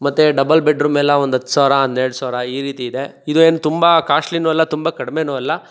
ಮತ್ತು double bed ರೂಮೆಲ್ಲಾ ಒಂದು ಹತ್ತು ಸಾವಿರ ಹನ್ನೆರಡು ಸಾವಿರ ಈ ರೀತಿ ಇದೆ ಇದು ಏನು ತುಂಬ ಕಾಸ್ಟ್ಲಿನು ಅಲ್ಲ ತುಂಬ ಕಡಿಮೆನು ಅಲ್ಲ